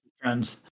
friends